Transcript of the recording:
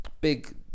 big